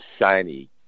shiny